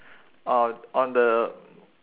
uh on the